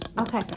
Okay